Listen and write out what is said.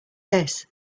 this